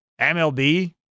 MLB